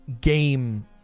game